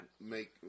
make